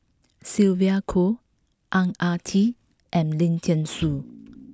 Sylvia Kho Ang Ah Tee and Lim Thean Soo